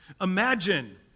Imagine